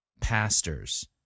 pastors